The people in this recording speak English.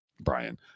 Brian